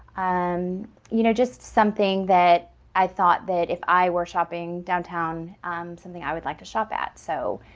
um you know just something that i thought that if i were shopping downtown something i would like to shop at so.